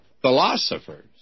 philosophers